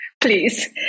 please